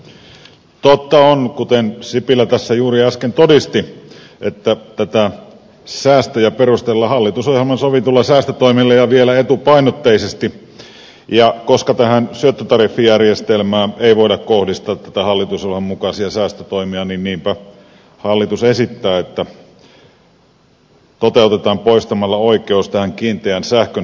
totta on kuten sipilä tässä juuri äsken todisti että näitä säästöjä perustellaan hallitusohjelman sovituilla säästötoimilla ja vielä etupainotteisesti ja koska tähän syöttötariffijärjestelmään ei voida kohdistaa näitä hallitusohjelman mukaisia säästötoimia niin niinpä hallitus esittää että säästö toteutetaan poistamalla oikeus tähän kiinteään sähköntuotantotukeen